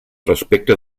respecte